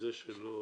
בזה שלא